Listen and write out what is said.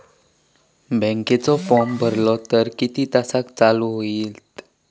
बँकेचो फार्म भरलो तर किती तासाक चालू होईत?